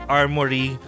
armory